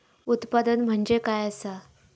उत्पादन म्हणजे काय असा?